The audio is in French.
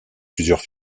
plusieurs